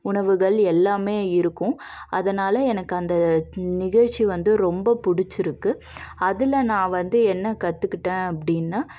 உணவுகள் எல்லாமே இருக்கும் அதனால் எனக்கு அந்த நிகழ்ச்சி வந்து ரொம்ப பிடிச்சிருக்கு அதில் நான் வந்து என்ன கற்றுக்கிட்டேன் அப்படினா